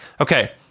okay